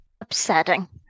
upsetting